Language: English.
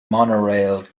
monorail